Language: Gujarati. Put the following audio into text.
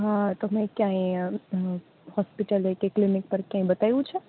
હા તમે કયાએ હોસ્પીટલ કે ક્લિનિક પર કયાએ બતાવ્યું છે